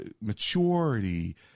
maturity